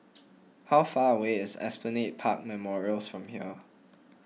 how far away is Esplanade Park Memorials from here